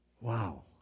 wow